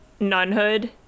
nunhood